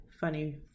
funny